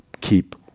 keep